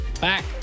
back